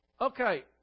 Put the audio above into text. Okay